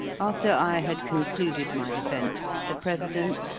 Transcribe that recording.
after i had concluded my defence, the president,